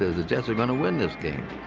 the jets are gonna win this game.